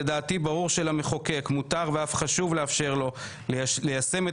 לדעתי ברור שלמחוקק מותר ואף חשוב לאפשר לו ליישם את